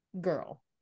girl